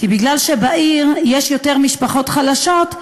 כי מכיוון שבעיר יש יותר משפחות חלשות,